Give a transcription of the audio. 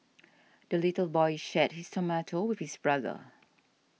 the little boy shared his tomato with his brother